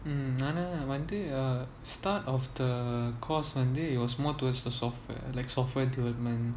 mm ஆனா வந்து:aana vanthu uh start of the course வந்து:vanthu it was more towards the software like software development